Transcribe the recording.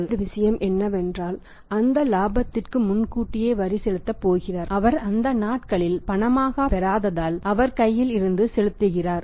இரண்டாவது விஷயம் என்னவென்றால் அந்த இலாபத்திற்கு முன்கூட்டியே வரி செலுத்தப் போகிறார் அவர் அந்த நாட்களில் பணமாகப் பெறாததால் அவர் கையில் இருந்து செலுத்துகிறார்